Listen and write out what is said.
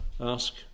ask